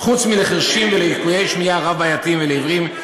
חוץ מלחירשים וללקויי שמיעה רב-בעייתיים ולעיוורים,